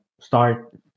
start